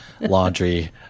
laundry